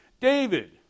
David